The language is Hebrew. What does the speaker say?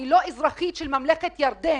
אני לא אזרחית של ממלכת ירדן,